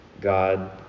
God